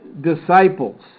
disciples